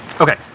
Okay